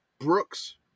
brooks